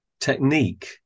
technique